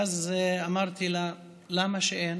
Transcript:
ואז אמרתי לה: למה אין?